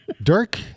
Dirk